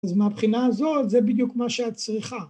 ‫אז מהבחינה הזאת, ‫זה בדיוק מה שאת צריכה.